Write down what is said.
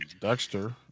Dexter